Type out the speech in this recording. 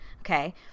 okay